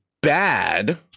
bad